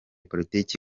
politiki